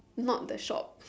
not that shop